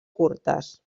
curtes